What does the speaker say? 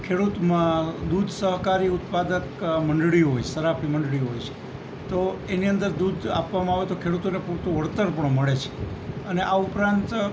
ખેડૂતમાં દૂધ સહકારી ઉત્પાદક મંડળીઓ હોય સરાફી મંડળીઓ હોય છે તો એની અંદર દૂધ આપવામાં આવે તો ખેડૂતોને પૂરતું વળતર પણ મળે છે અને આ ઉપરાંત